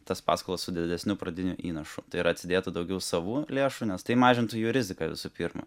tas paskolas su didesniu pradiniu įnašu yra atsidėti daugiau savų lėšų nes tai mažintų jų riziką visų pirma